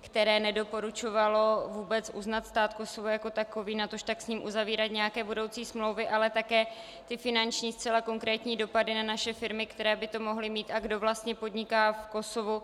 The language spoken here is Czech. které nedoporučovalo vůbec uznat stát Kosovo jako takový, natož s ním uzavírat nějaké budoucí smlouvy, ale také ty finanční zcela konkrétní dopady na naše firmy, které by to mohlo mít, a kdo vlastně podniká v Kosovu.